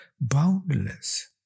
boundless